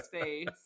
space